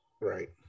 Right